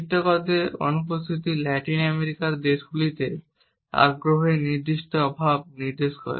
চিত্রকরদের অনুপস্থিতি ল্যাটিন আমেরিকার দেশগুলিতে আগ্রহের নির্দিষ্ট অভাব নির্দেশ করে